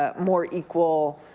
ah more equal,